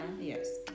Yes